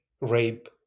rape